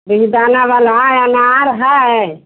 बेदाना वाला अनार है